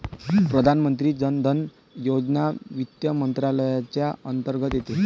प्रधानमंत्री जन धन योजना वित्त मंत्रालयाच्या अंतर्गत येते